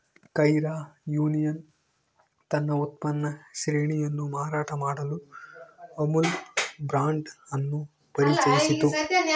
Kaira union ತನ್ನ ಉತ್ಪನ್ನ ಶ್ರೇಣಿಯನ್ನು ಮಾರಾಟ ಮಾಡಲು ಅಮುಲ್ ಬ್ರಾಂಡ್ ಅನ್ನು ಪರಿಚಯಿಸಿತು